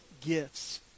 gifts